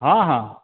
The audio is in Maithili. हँ हँ